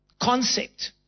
concept